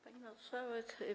Pani Marszałek!